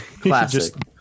classic